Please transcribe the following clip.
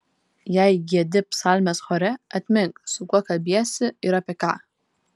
jei giedi psalmes chore atmink su kuo kalbiesi ir apie ką